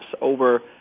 over